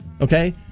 Okay